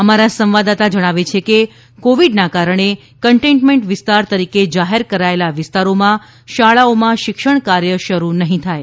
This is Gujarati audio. અમારા સંવાદદાતા જણાવે છે કે કોવિડના કારણે કંટેનમેન્ટ વિસ્તાર તરીકે જાહેર કરાયેલા વિસ્તારોમાં શાળાઓમાં શિક્ષણ કાર્ય શરૂ નહીં થાય